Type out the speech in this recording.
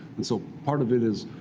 and so part of it is,